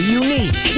unique